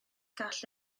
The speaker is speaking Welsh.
gall